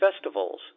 festivals